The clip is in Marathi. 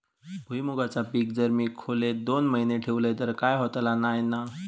भुईमूगाचा पीक जर मी खोलेत दोन महिने ठेवलंय तर काय होतला नाय ना?